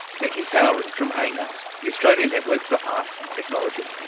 vicki sowry from anat, the australian network for art and technology.